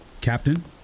Captain